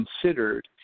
considered